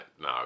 no